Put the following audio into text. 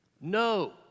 No